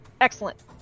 excellent